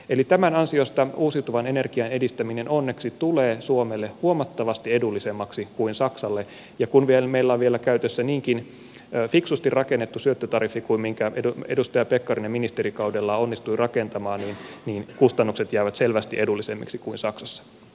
eli tämän ansiosta uusiutuvan energian edistäminen onneksi tulee suomelle huomattavasti edullisemmaksi kuin saksalle ja kun meillä on vielä käytössä niinkin fiksusti rakennettu syöttötariffi kuin minkä edustaja pekkarinen ministerikaudellaan onnistui rakentamaan niin kustannukset jäävät selvästi edullisemmiksi kuin saksassa